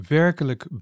werkelijk